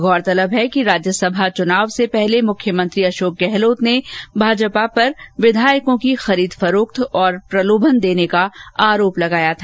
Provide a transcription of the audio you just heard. गोरतलब है कि राज्यसभा चुनाव से पहले मुख्यमंत्री अशोक गहलोत ने भाजपा पर विधायकों की खरीद फरोख्त और प्रलोभन देने का आरोप लगाया था